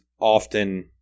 often